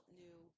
new